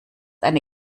eine